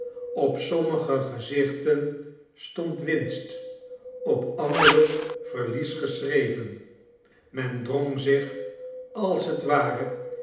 op sommige gezichten stond winst op andere verlies geschreven men drong zich als het ware